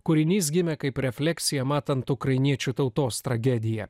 kūrinys gimė kaip refleksija matant ukrainiečių tautos tragediją